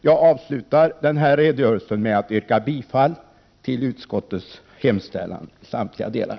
Jag avslutar denna redogörelse med att yrka bifall till utskottets hemställan i samtliga delar.